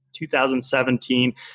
2017